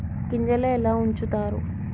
గింజలు ఎలా ఉంచుతారు?